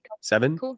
seven